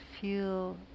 feel